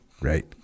right